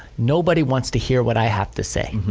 nobody wants to hear what i have to say.